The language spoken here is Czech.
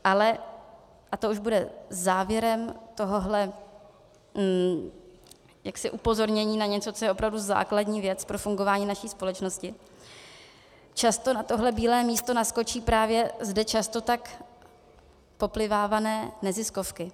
Ale, a to už bude závěrem tohohle upozornění na něco, co je opravdu jaksi základní věc pro fungování naší společnosti, často na tohle bílé místo naskočí právě zde často tak poplivávané neziskovky.